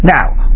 Now